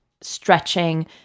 stretching